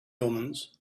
omens